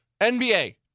NBA